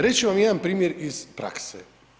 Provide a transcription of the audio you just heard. Reći ću vam jedan primjer iz prakse.